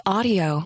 Audio